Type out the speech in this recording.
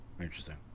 interesting